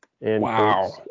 Wow